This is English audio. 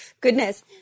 Goodness